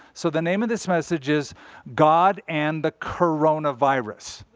so the name of this message is god and the coronavirus.